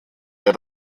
der